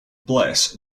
bless